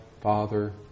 father